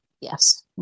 Yes